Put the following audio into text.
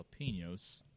jalapenos